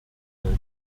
were